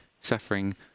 suffering